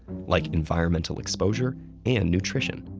like environmental exposure and nutrition.